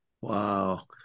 wow